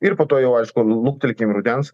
ir po to jau aišku luktelkim rudens